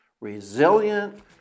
resilient